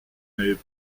n’avez